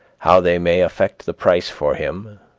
how they may affect the price for him,